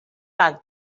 like